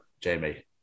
Jamie